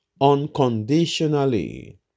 unconditionally